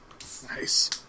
Nice